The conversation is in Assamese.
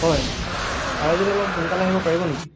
হয় পাৰে যদি অলপ সোনকালে আহিব পাৰিব নেকি